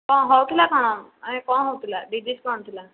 କ'ଣ ହେଉଥିଲା କ'ଣ ମାନେ କ'ଣ ହେଉଥିଲା ଡିଜିଜ୍ କ'ଣ ଥିଲା